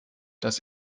dass